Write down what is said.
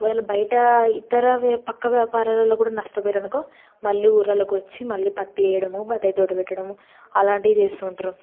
ఒకవేళ బయటా ఇతర వ్యా పక్క వ్యాపారాలలో కూడా నష్టపోయరనుకో మళ్ళీ ఊర్లలోకి వచ్చి మళ్లీ పత్తి వేయడము బత్తాయి తోట పెట్టడము అలాంటివి చేస్తూ ఉంటారు